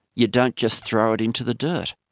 you don't just throw it into the dirt!